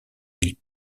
mille